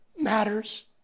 matters